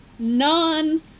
None